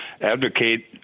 advocate